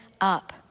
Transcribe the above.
up